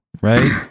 right